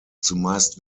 zumeist